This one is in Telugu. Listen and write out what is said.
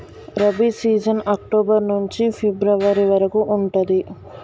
రబీ సీజన్ అక్టోబర్ నుంచి ఫిబ్రవరి వరకు ఉంటది